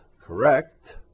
correct